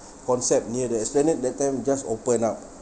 concept near the esplanade that time just open up